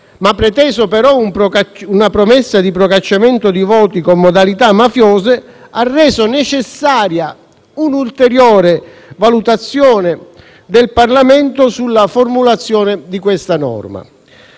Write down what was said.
(pretendendo, però, una promessa di procacciamento di voti con modalità mafiose), ha reso necessaria un'ulteriore valutazione del Parlamento sulla formulazione di questa norma.